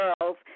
girls